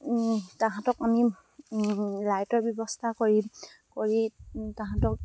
তাহাঁতক আমি লাইটৰ ব্যৱস্থা কৰি কৰি তাহাঁতক